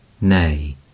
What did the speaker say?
nay